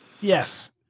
Yes